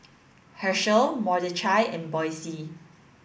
Hershell Mordechai and Boysie